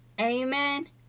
Amen